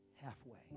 halfway